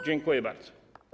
Dziękuję bardzo.